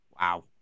Wow